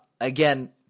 Again